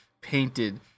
painted